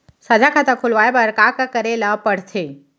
साझा खाता खोलवाये बर का का करे ल पढ़थे?